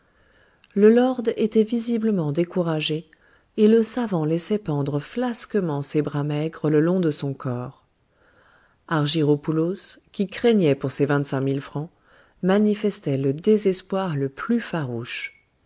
le lord était visiblement découragé et le savant laissait pendre flasquement ses bras maigres le long de son corps argyropoulos qui craignait pour ses vingt-cinq mille francs manifestait le désespoir le plus farouche